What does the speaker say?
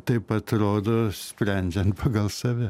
taip atrodo sprendžiant pagal save